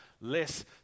Less